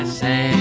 say